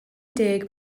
deg